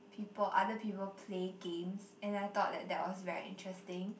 people other people play games and I thought that that was very interesting